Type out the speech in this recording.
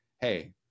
Hey